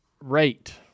rate